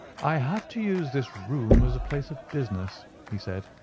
i have to use this room as a place of business, he said,